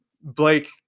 Blake